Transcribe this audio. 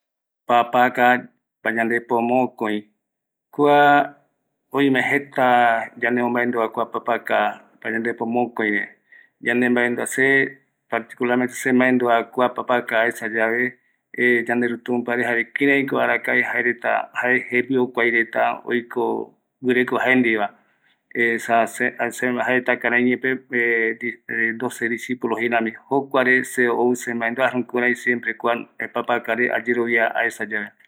papaka Pañandepo Mokoi, kua oime jeta yande momaendua kua papaka payandepo mokoi re, yande maendua, se particular mente semaendua kua papaka aesa yave, yanderu tumpare jaren kïräiko jae jembiokuai reta, oiko, guireko jaendiveva, esa se jaeta karai iñeepe doces disipulos jeiva, okuare se ou semaendua.jukuraï siempre kua papakare ayerovia aesa yave.